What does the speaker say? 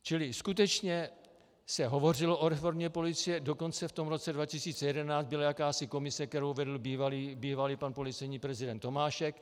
Čili skutečně se hovořilo o reformě policie, dokonce v roce 2011 byla jakási komise, kterou vedl bývalý pan policejní prezident Tomášek.